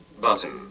Button